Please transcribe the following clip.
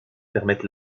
permettent